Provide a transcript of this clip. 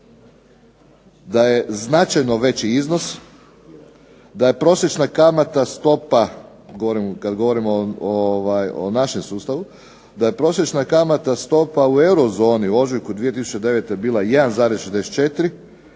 o našem sustavu, da je prosječna kamatna stopa u euro zoni u ožujku 2009. bila 1,64,